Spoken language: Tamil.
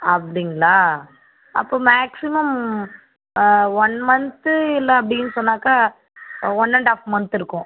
அப்படிங்களா அப்போ மேக்சிமம் ஒன் மன்த் இல்லை அப்படினு சொன்னாக்கா ஒன் ஹாஃப் மன்த் இருக்கும்